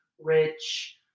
rich